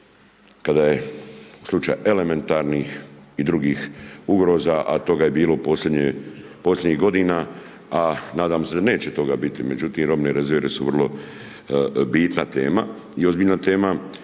kada je slučaj elementarnih i drugih ugroza a toga je bilo posljednjih godina, a nadam se da neće toga biti, međutim, robne rezerve su vrlo bitna tema i ozbiljna tema,